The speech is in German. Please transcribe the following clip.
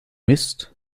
mist